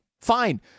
fine